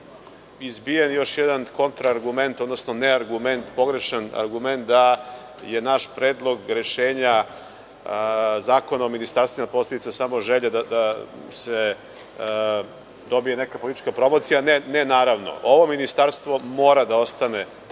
izbijen još jedan kontra argument, odnosno neargument, pogrešan argument da je naš predlog rešenja Zakona o ministarstvima posledica samo želje da se dobije neka politička promocija. Ne, naravno, ovo ministarstvo mora da ostane takvo